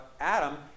Adam